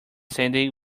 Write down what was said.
sandy